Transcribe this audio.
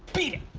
beat it!